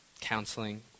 Counseling